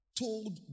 told